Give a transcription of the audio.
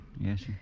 Yes